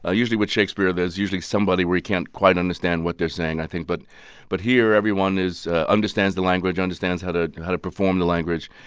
ah usually, with shakespeare, there's usually somebody where you can't quite understand what they're saying, i think. but but here, everyone is understands the language, understands how to and how to perform the language.